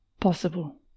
possible